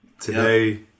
Today